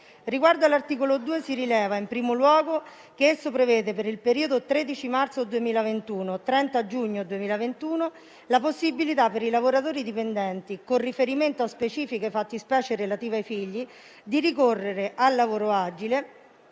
Riguardo all'articolo 2 si rileva, in primo luogo, che esso prevede per il periodo 13 marzo-30 giugno 2021 la possibilità per i lavoratori dipendenti, con riferimento a specifiche fattispecie relative ai figli, di ricorrere al lavoro agile